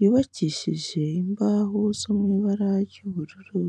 yubakishije imbaho zo mu ibara ry'ubururu.